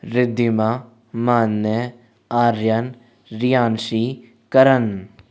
Ridhima Manya Aryan Riyanshi Karan